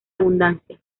abundancia